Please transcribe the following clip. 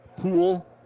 pool